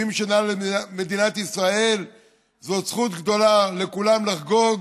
70 שנה למדינת ישראל זו זכות גדולה לכולם לחגוג,